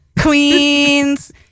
queens